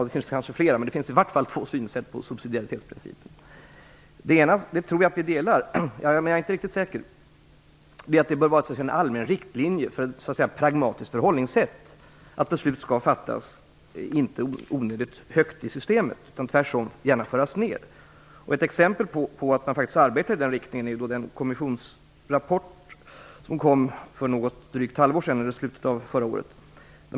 Det finns i vart fall två synsätt på subsidiaritetsprincipen. Jag tror att vi delar det ena synsättet, men jag är inte riktigt säker. Det bör vara en allmän riktlinje för ett pragmatiskt förhållningssätt att beslut inte skall fattas onödigt högt upp i systemet. Tvärtom bör besluten föras ner. Ett exempel på att man arbetar i den riktningen är den kommissionsrapport som kom för drygt ett halvår sedan, i slutet av förra året.